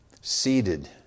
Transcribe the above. Seated